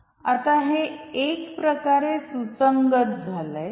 आता हे एक प्रकारे सुसंगत झालय